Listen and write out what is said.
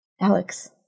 Alex